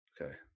okay